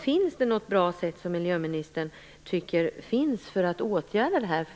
Finns det något bra sätt att åtgärda detta?